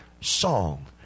song